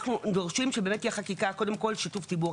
אנחנו דורשים שתהיה חקיקה בשיתוף הציבור.